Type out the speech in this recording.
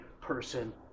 person